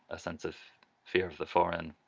a sense of fear of the foreign,